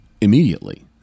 immediately